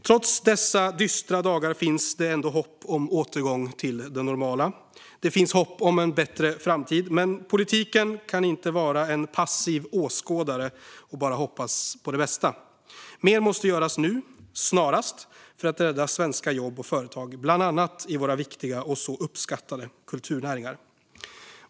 Trots dessa dystra dagar finns det hopp om en återgång till det normala. Det finns hopp om en bättre framtid. Men politiken kan inte vara en passiv åskådare som bara hoppas på det bästa, utan mer måste göras nu - snarast - för att rädda svenska jobb och företag, bland annat i våra viktiga och så uppskattade kulturnäringar.